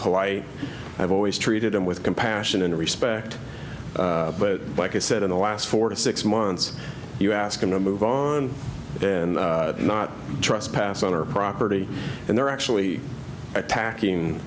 polite i've always treated them with compassion and respect but like i said in the last four to six months you ask them to move on and not trespass on our property and they're actually attacking